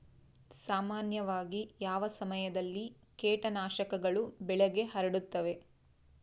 ಸಾಮಾನ್ಯವಾಗಿ ಯಾವ ಸಮಯದಲ್ಲಿ ಕೇಟನಾಶಕಗಳು ಬೆಳೆಗೆ ಹರಡುತ್ತವೆ?